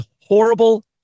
horrible